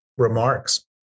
Remarks